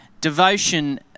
Devotion